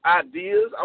ideas